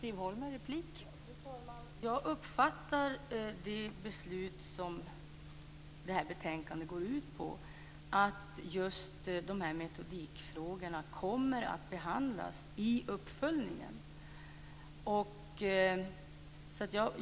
Fru talman! Som jag uppfattar det beslut som det här betänkandet går ut på kommer just dessa metodikfrågor att behandlas i uppföljningen.